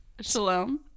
Shalom